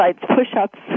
push-ups